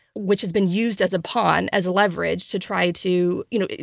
which has been used as a pawn, as leverage to try to, you know,